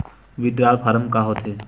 Withdrawal form का होथे?